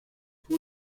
fue